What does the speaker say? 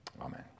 amen